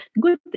good